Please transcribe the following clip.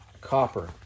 Copper